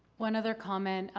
one other comment.